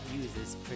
uses